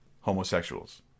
homosexuals